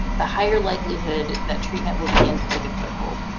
the higher likelihood that treatment will begin to take a foothold.